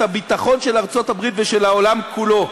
הביטחון של ארצות-הברית ושל העולם כולו.